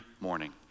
morning